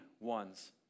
ones